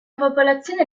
popolazione